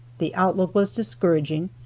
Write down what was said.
the outlook was discouraging,